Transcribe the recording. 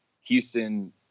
Houston